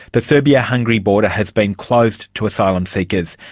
but serbia-hungary border has been closed to asylum seekers,